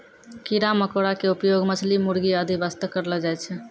कीड़ा मकोड़ा के उपयोग मछली, मुर्गी आदि वास्तॅ करलो जाय छै